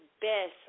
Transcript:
best